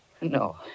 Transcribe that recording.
no